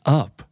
up